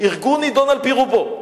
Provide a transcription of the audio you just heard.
ארגון נידון על-פי רובו.